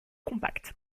compacts